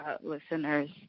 listeners